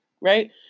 right